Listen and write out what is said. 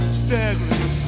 staggering